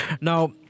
now